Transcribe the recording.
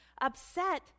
upset